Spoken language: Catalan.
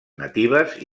natives